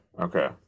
okay